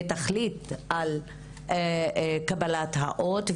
ותחליט על קבלת האות.